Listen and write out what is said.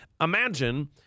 Imagine